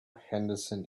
henderson